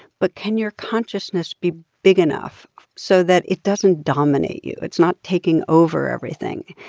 but can your consciousness be big enough so that it doesn't dominate you, it's not taking over everything?